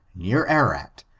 near ararat,